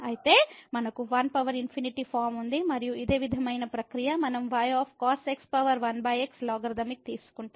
అయితే మనకు 1∞ ఫార్మ్ ఉంది మరియు ఇదే విధమైన ప్రక్రియను మనం y 1xలాగారిథమిక్ తీసుకుంటాము